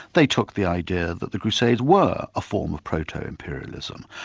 they took the idea that the crusades were a form of proto-imperialism.